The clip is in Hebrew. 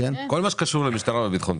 כל מה שקשור למשטרה וביטחון פנים.